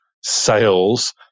sales